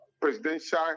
presidential